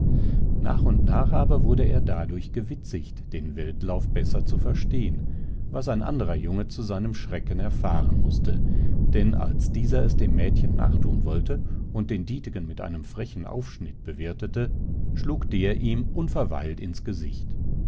nach und nach aber wurde er dadurch gewitzigt den weltlauf besser zu verstehen was ein anderer junge zu seinem schrecken erfahren mußte denn als dieser es dem mädchen nachtun wollte und den dietegen mit einem frechen aufschnitt bewirtete schlug der ihn unverweilt ins gesicht